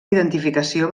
identificació